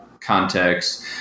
context